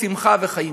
שמחה וחיים.